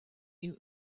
you